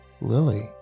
lily